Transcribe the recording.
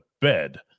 bed